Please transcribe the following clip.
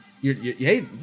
Hey